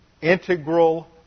integral